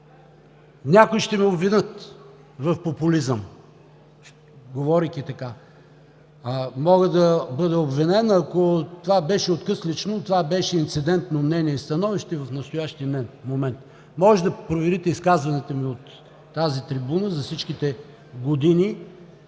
Някои ще ме обвинят в популизъм, говорейки така. Мога да бъда обвинен, ако това беше откъслечно, това беше инцидентно мнение и становище в настоящия момент. Може да проверите изказванията ми от тази трибуна за всичките години